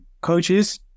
coaches